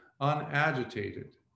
unagitated